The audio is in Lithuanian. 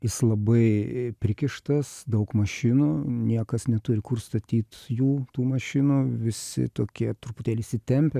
jis labai prikištas daug mašinų niekas neturi kur statyt jų tų mašinų visi tokie truputėlį įsitempę